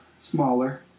Smaller